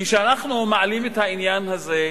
כשאנחנו מעלים את העניין הזה,